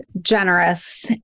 generous